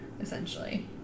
essentially